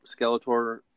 Skeletor